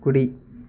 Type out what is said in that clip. కుడి